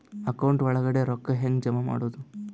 Account ಒಳಗಡೆ ರೊಕ್ಕ ಹೆಂಗ್ ಜಮಾ ಮಾಡುದು?